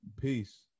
Peace